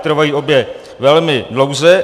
Trvají obě velmi dlouze.